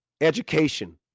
Education